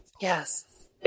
Yes